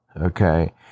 okay